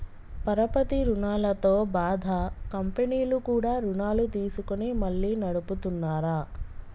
పరపతి రుణాలతో బాధ కంపెనీలు కూడా రుణాలు తీసుకొని మళ్లీ నడుపుతున్నార